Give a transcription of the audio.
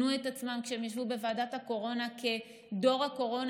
כשהם ישבו בוועדת הקורונה הם כינו את עצמם "דור הקורונה".